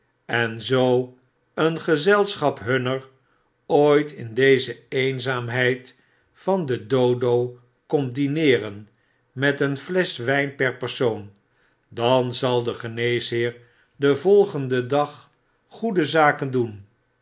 en zoo een gezelschap hunner ooit in deze eenzaamheid van den dodo komt dineeren met een flesch wijn per persoon dan zal de geneesheer den volgenden dag goede zaken doen